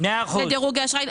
דירוג אשראי.